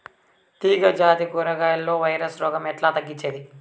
తీగ జాతి కూరగాయల్లో వైరస్ రోగం ఎట్లా తగ్గించేది?